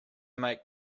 make